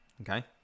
Okay